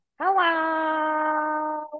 hello